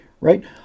right